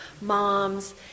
moms